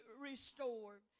restored